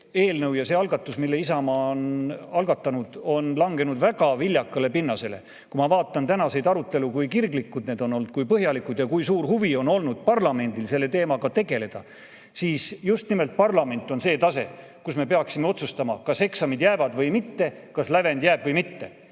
eelnõu ja see algatus, mille Isamaa on algatanud, on langenud väga viljakale pinnasele. Kui ma vaatan tänaseid arutelusid, seda, kui kirglikud need on olnud, kui põhjalikud, ja kui suur huvi on olnud parlamendil selle teemaga tegeleda, siis näen, et just nimelt parlament on see tase, kus me peaksime otsustama, kas eksamid jäävad või mitte, kas lävend jääb või mitte.